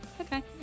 okay